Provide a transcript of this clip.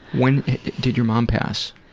when did your mom pass?